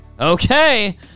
Okay